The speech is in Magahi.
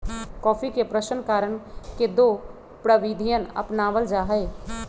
कॉफी के प्रशन करण के दो प्रविधियन अपनावल जा हई